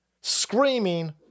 screaming